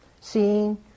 seeing